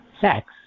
sex